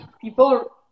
people